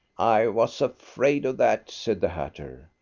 i was afraid of that, said the hatter.